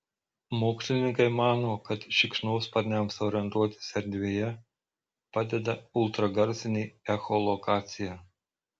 mokslininkai mano kad šikšnosparniams orientuotis erdvėje padeda ultragarsinė echolokacija